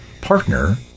partner